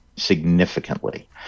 significantly